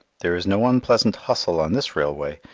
there is no unpleasant hustle on this railway,